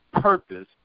purpose